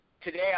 today